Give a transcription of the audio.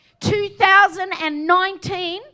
2019